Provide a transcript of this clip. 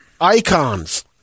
Icons